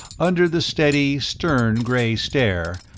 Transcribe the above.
under the steady, stern gray stare,